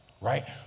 right